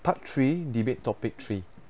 part three debate topic three